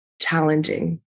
challenging